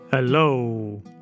Hello